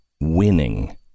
winning